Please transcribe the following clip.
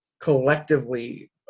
collectively